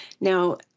Now